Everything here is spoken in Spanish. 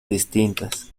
distintas